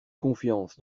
confiance